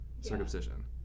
circumcision